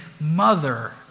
mother